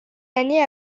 années